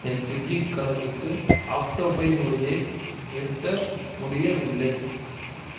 என் ஸ்விக்கி கணக்குக்கு ஆக்ட்டோபே முறையை நிறுத்த முடியவில்லை